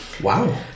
Wow